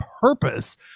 purpose